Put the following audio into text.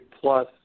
plus